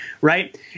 right